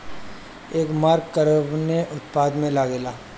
एगमार्क कवने उत्पाद मैं लगेला?